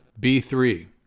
b3